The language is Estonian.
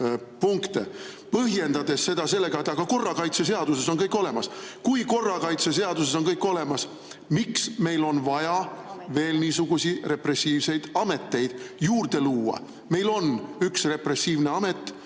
põhjendades seda sellega, et aga korrakaitseseaduses on kõik olemas. Kui korrakaitseseaduses on kõik olemas, miks meil on vaja veel niisuguseid repressiivseid ameteid juurde luua? Meil on üks repressiivne amet,